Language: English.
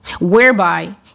Whereby